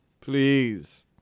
Please